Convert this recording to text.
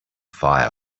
fire